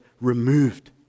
removed